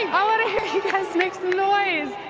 i want to hear you guys make some noise.